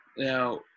Now